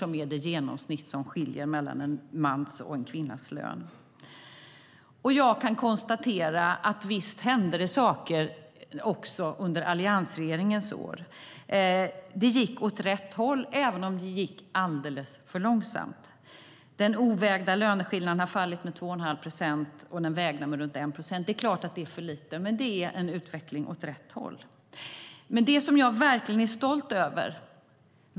Det är vad det i genomsnitt skiljer mellan en mans lön och en kvinnas lön. Det finns något som jag verkligen är stolt över.